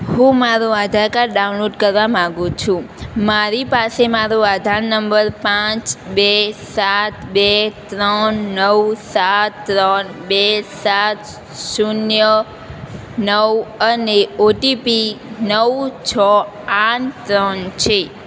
હું મારું Aadhaar card download કરવા માંગુ છું મારી પાસે મારો આધાર નંબર પાંચ બે સાત બે ત્રણ નવ સાત ત્રણ બે સાત શૂન્ય નવ અને ઓટીપી નવ છો આઠ ત્રણ છે